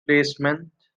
placement